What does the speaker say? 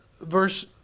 verse